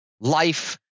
life